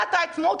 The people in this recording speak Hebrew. מגילת העצמאות.